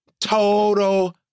Total